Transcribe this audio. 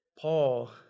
Paul